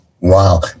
Wow